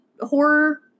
horror